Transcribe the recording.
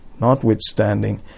Notwithstanding